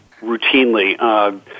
routinely